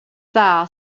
dda